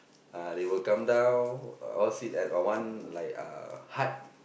uh they will come down all sit at uh one like uh hut